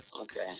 okay